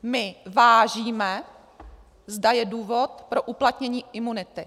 My vážíme, zda je důvod pro uplatnění imunity.